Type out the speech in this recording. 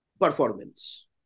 Performance